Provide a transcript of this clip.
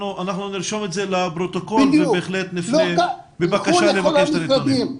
אנחנו נרשום את זה בפרוטוקול ובהחלט נפנה ונבקש את הנתונים.